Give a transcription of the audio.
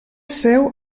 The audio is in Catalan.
seu